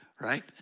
right